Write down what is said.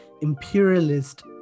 imperialist